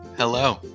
Hello